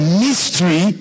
mystery